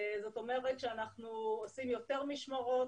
זה אומר שאנחנו עושים יותר משמרות,